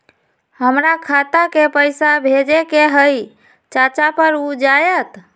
हमरा खाता के पईसा भेजेए के हई चाचा पर ऊ जाएत?